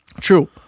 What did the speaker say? True